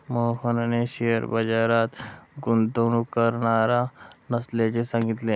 मोहनने शेअर बाजारात गुंतवणूक करणार नसल्याचे सांगितले